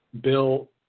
bill